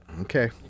Okay